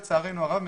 לצערנו הרב,